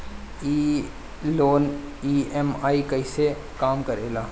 ई loan EMI कईसे काम करेला?